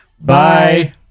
Bye